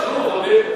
תשחררו מחבלים.